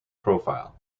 profile